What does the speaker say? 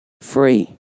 free